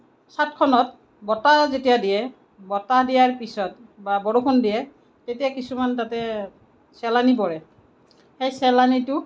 চাটখনত বতাহ যেতিয়া দিয়ে বতাহ দিয়াৰ পিছত বা বৰষুণ দিয়ে তেতিয়া কিছুমান তাতে চেলানি পৰে সেই চেলানিটো